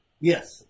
Yes